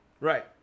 Right